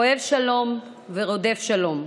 אוהב שלום ורודף שלום",